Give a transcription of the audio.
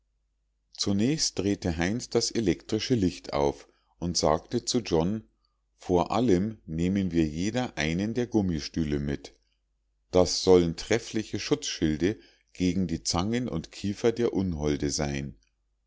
zunächst drehte heinz das elektrische licht auf und sagte zu john vor allem nehmen wir jeder einen der gummistühle mit das sollen treffliche schutzschilde gegen die zangen und kiefer der unholde sein